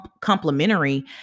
complementary